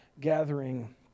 gathering